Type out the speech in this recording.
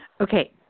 okay